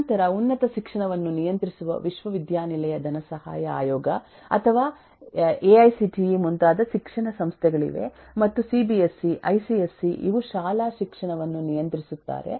ನಂತರ ಉನ್ನತ ಶಿಕ್ಷಣವನ್ನು ನಿಯಂತ್ರಿಸುವ ವಿಶ್ವವಿದ್ಯಾನಿಲಯ ಧನಸಹಾಯ ಆಯೋಗ ಅಥವಾ ಎಐಸಿಟಿಇ ಮುಂತಾದ ಶಿಕ್ಷಣ ಸಂಸ್ಥೆಗಳಿವೆ ಮತ್ತು ಸಿಬಿಎಸ್ಇ ಐಸಿಎಸ್ಇ ಇವು ಶಾಲಾ ಶಿಕ್ಷಣವನ್ನು ನಿಯಂತ್ರಿಸುತ್ತಾರೆ